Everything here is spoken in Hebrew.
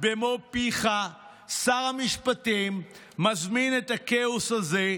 במו פיך, שר המשפטים, מזמין את הכאוס הזה,